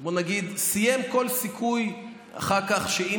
בוא נגיד, סיים כל סיכוי אחר כך, אם